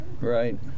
Right